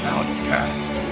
Outcast